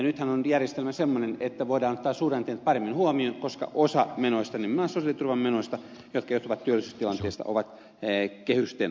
nythän järjestelmä on semmoinen että voidaan ottaa suhdanteet paremmin huomioon koska osa menoista nimenomaan sosiaaliturvan menoista jotka johtuvat työllisyystilanteesta ovat kehysten ulkopuolella